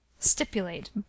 stipulate